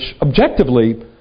objectively